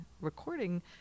recording